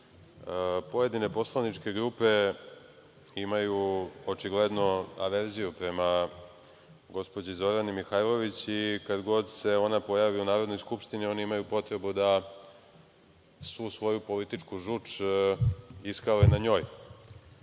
poslaničke grupe imaju očigledno averziju prema gospođi Zorani Mihajlović i kad god se ona pojavi u Narodnoj skupštini oni imaju potrebu da su svoju političku žuč iskale na njoj.